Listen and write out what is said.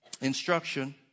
instruction